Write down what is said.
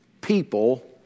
people